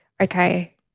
okay